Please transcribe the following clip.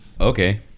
Okay